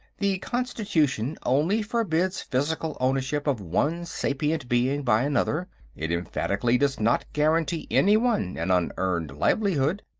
the constitution only forbids physical ownership of one sapient being by another it emphatically does not guarantee anyone an unearned livelihood.